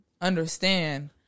understand